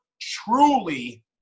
truly